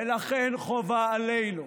ולכן חובה עלינו,